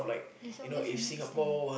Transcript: there's always a next time